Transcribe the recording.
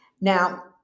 Now